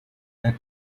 that